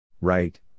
Right